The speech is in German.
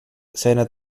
seiner